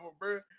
bro